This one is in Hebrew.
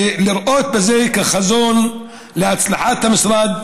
לראות בזה חזון להצלחת המשרד,